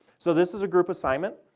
so this is a group assignment.